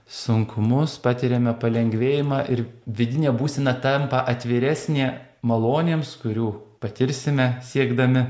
sunkumus patiriame palengvėjimą ir vidinė būsena tampa atviresnė malonėms kurių patirsime siekdami